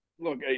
Look